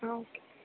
okay